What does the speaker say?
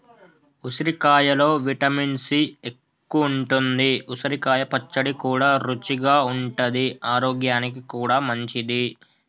ఉసిరికాయలో vitamin C ఎక్కువుంటది, ఉసిరికాయ పచ్చడి కూడా రుచిగా ఉంటది ఆరోగ్యానికి కూడా మంచిది